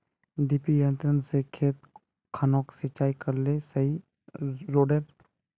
डिरिपयंऋ से खेत खानोक सिंचाई करले सही रोडेर?